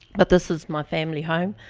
but this is my family home.